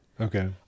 Okay